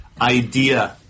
idea